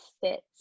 fits